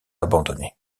abandonnés